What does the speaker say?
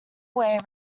way